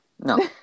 No